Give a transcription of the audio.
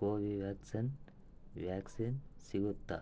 ಕೋವಿ vaccine vaccine ಸಿಗುತ್ತಾ